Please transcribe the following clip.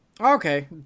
Okay